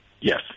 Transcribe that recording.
Yes